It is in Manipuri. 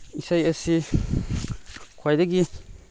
ꯏꯁꯩ ꯑꯁꯤ ꯈ꯭ꯋꯥꯏꯗꯒꯤ